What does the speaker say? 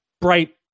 bright